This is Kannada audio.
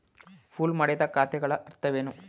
ಪೂಲ್ ಮಾಡಿದ ಖಾತೆಗಳ ಅರ್ಥವೇನು?